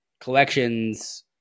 collections